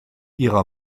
ihrer